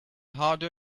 harder